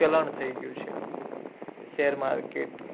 ચલણ થઈ ગયું છે શેર માર્કેટ